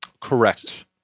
Correct